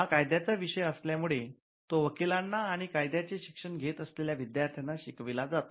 हा कायद्याचा विषय असल्या मुळे तो वकिलांना आणि कायद्याचे शिक्षण घेत असलेल्या विद्यार्थ्यांना शिकविला जातो